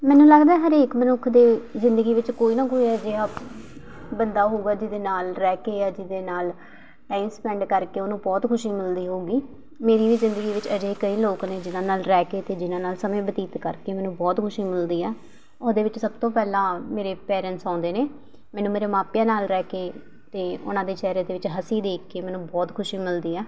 ਮੈਨੂੰ ਲੱਗਦਾ ਹਰੇਕ ਮਨੁੱਖ ਦੇ ਜ਼ਿੰਦਗੀ ਵਿੱਚ ਕੋਈ ਨਾ ਕੋਈ ਅਜਿਹਾ ਬੰਦਾ ਹੋਵੇਗਾ ਜਿਹਦੇ ਨਾਲ਼ ਰਹਿ ਕੇ ਜਾਂ ਜਿਹਦੇ ਨਾਲ਼ ਟਾਈਮ ਸਪੈਂਡ ਕਰਕੇ ਉਹਨੂੰ ਬਹੁਤ ਖੁਸ਼ੀ ਮਿਲਦੀ ਹੋਵੇਗੀ ਮੇਰੀ ਵੀ ਜ਼ਿੰਦਗੀ ਵਿੱਚ ਅਜਿਹੇ ਕਈ ਲੋਕ ਨੇ ਜਿਹਨਾਂ ਨਾਲ਼ ਰਹਿ ਕੇ ਅਤੇ ਜਿਨ੍ਹਾਂ ਨਾਲ਼ ਸਮੇਂ ਬਤੀਤ ਕਰਕੇ ਮੈਨੂੰ ਬਹੁਤ ਖੁਸ਼ੀ ਮਿਲਦੀ ਆ ਉਹਦੇ ਵਿੱਚ ਸਭ ਤੋਂ ਪਹਿਲਾਂ ਮੇਰੇ ਪੇਰੈਂਟਸ ਆਉਂਦੇ ਨੇ ਮੈਨੂੰ ਮੇਰੇ ਮਾਪਿਆਂ ਨਾਲ਼ ਰਹਿ ਕੇ ਅਤੇ ਉਹਨਾਂ ਦੇ ਚਿਹਰੇ ਦੇ ਵਿੱਚ ਹੱਸੀ ਦੇਖ ਕੇ ਮੈਨੂੰ ਬਹੁਤ ਖੁਸ਼ੀ ਮਿਲਦੀ ਆ